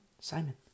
Simon